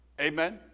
Amen